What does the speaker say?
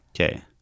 Okay